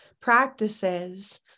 practices